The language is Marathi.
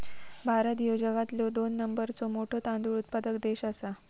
भारत ह्यो जगातलो दोन नंबरचो मोठो तांदूळ उत्पादक देश आसा